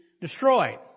destroyed